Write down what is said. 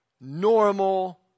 normal